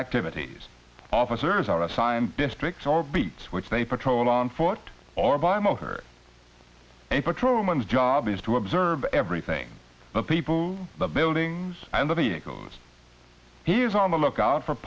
activities officers are assigned districts or beats which they patrol on foot or by motor a patrol man's job is to observe everything the people the buildings and the vehicles he is on the lookout for